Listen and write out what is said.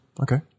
Okay